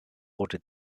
rote